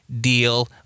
deal